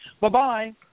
Bye-bye